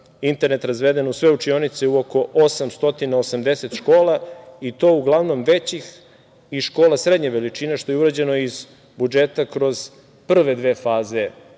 internet razveden u sve učionice u oko 880 škola i to uglavnom većih i škola srednje veličine što je urađeno iz budžeta kroz prve dve faze